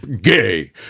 gay